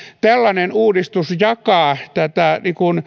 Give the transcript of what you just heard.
tällainen uudistus jakaa tätä